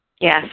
Yes